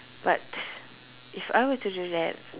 but if I were to do that